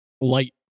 Light